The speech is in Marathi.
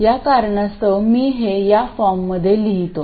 या कारणास्तव मी हे या फॉर्ममध्ये लिहितो